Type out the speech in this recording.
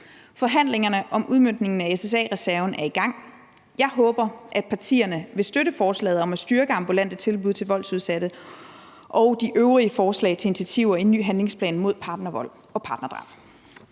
Forhandlingerne om udmøntningen af SSA-reserven er i gang. Jeg håber, at partierne vil støtte forslaget om at styrke de ambulante tilbud til voldsudsatte og de øvrige forslag til initiativer i en ny handlingsplan mod partnervold og partnerdrab.